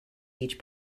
each